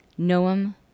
Noam